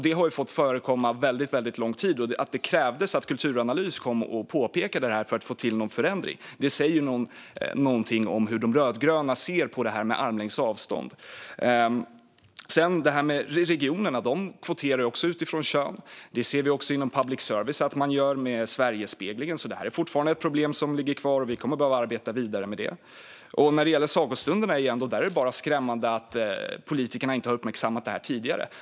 Det har fått förekomma under väldigt lång tid, och att det krävdes att Myndigheten för kulturanalys påpekade detta för att man skulle få till stånd en förändring säger ganska mycket om hur de rödgröna ser på detta med armlängds avstånd. Regionerna kvoterar också utifrån kön. Det ser vi också att man gör inom public service med Sverigespeglingen. Detta är alltså ett problem som ligger kvar, och vi kommer att behöva arbeta vidare med det. Detta med sagostunderna är det bara skrämmande att politikerna inte har uppmärksammat tidigare.